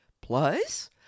Plus